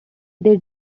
they